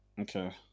Okay